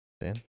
dan